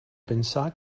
pensar